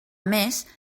més